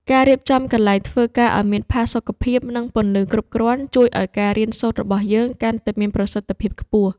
ការរៀបចំកន្លែងធ្វើការឱ្យមានផាសុកភាពនិងពន្លឺគ្រប់គ្រាន់ជួយឱ្យការរៀនសូត្ររបស់យើងកាន់តែមានប្រសិទ្ធភាពខ្ពស់។